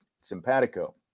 simpatico